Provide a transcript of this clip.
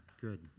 good